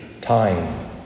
time